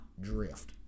drift